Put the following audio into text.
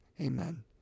Amen